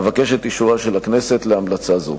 אבקש את אישורה של הכנסת להמלצה הזאת.